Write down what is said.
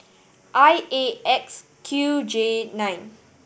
I A X Q J nine